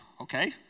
okay